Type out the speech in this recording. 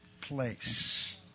place